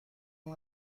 اون